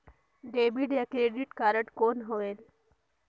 Debit या credit card कौन होएल?